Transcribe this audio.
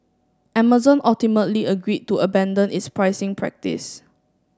Amazon ultimately agreed to abandon its pricing practice